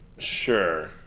Sure